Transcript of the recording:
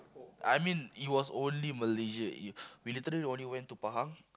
I mean it was only Malaysia it we literally only went to Pahang